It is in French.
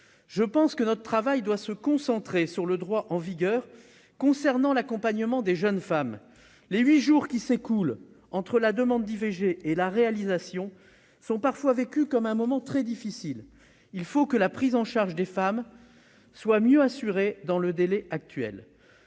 À mon sens, notre travail doit se concentrer sur le droit en vigueur concernant l'accompagnement des jeunes femmes. Les huit jours qui s'écoulent entre la demande d'IVG et la réalisation sont parfois vécus comme un moment très difficile. Il faut que la prise en charge des femmes soit mieux assurée dans le délai actuel.